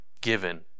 given